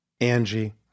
angie